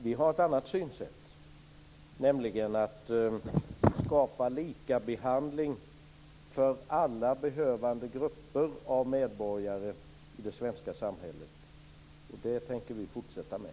Vi har ett annat synsätt, nämligen att skapa likabehandling för alla behövande grupper av medborgare i det svenska samhället. Och det tänker vi fortsätta med.